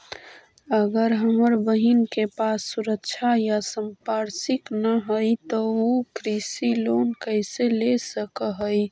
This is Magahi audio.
अगर हमर बहिन के पास सुरक्षा या संपार्श्विक ना हई त उ कृषि लोन कईसे ले सक हई?